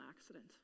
accident